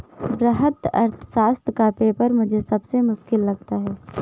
वृहत अर्थशास्त्र का पेपर मुझे सबसे मुश्किल लगता है